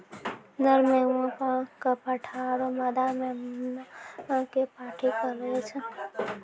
नर मेमना कॅ पाठा आरो मादा मेमना कॅ पांठी कहलो जाय छै